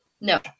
No